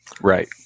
Right